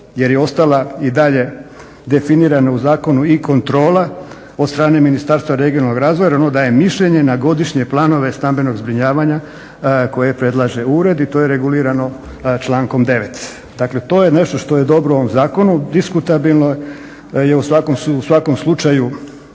jer je ostala i dalje definirana u zakonu i kontrola od strane Ministarstva regionalnog razvoja, jer ono daje mišljenje na godišnje planove stambenog zbrinjavanja koje predlaže ured i to je regulirano člankom 9. Dakle, to je nešto što je dobro u ovom zakonu. Diskutabilno je u svakom slučaju